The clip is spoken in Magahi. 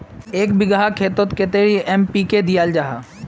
एक बिगहा खेतोत कतेरी एन.पी.के दियाल जहा?